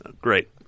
Great